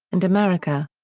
and america.